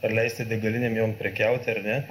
ar leisti degalinėm jom prekiauti ar ne